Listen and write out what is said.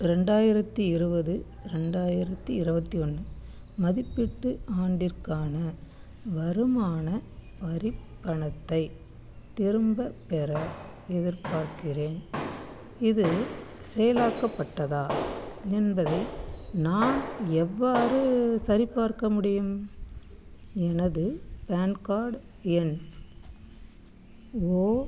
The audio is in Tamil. ரெண்டாயிரத்து இருபது ரெண்டாயிரத்து இருபத்தி ஒன்று மதிப்பீட்டு ஆண்டிற்கான வருமான வரிப் பணத்தைத் திரும்பப்பெற எதிர்பார்க்கிறேன் இது செயலாக்கப்பட்டதா என்பதை நான் எவ்வாறு சரிப்பார்க்க முடியும் எனது பேன் கார்டு எண் ஓ